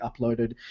uploaded